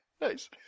Nice